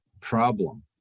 problem